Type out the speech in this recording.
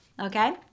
Okay